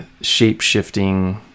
shape-shifting